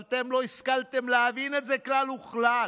אבל אתם לא השכלתם להבין את זה כלל וכלל.